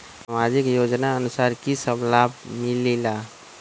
समाजिक योजनानुसार कि कि सब लाब मिलीला?